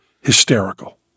hysterical